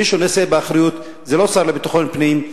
מי שנושא באחריות זה לא השר לביטחון פנים,